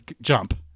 jump